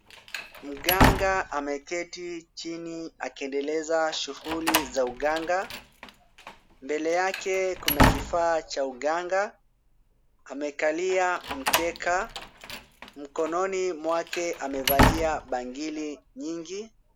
Mganga ameketi chini akiendeleza shughuli za uganga, mbele yake kuna kifaa cha uganga, amekalia mkeka, mkononi mwake amevalia bangili nyingi.